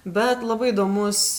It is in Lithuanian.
bet labai įdomus